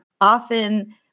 often